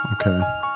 Okay